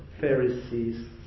Pharisees